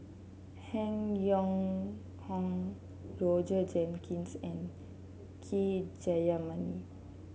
Han Yong Hong Roger Jenkins and K Jayamani